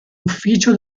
ufficio